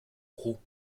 roux